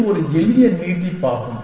இது ஒரு எளிய நீட்டிப்பாகும்